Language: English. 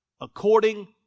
according